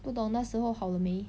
不懂那时候好了没